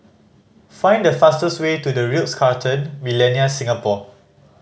find the fastest way to The Ritz Carlton Millenia Singapore